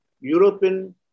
European